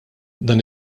dan